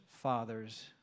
fathers